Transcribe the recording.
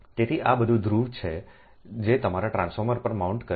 તેથી આ બધા ધ્રુવ છે જે તમારા ટ્રાન્સફોર્મર પર માઉન્ટ થયેલ છે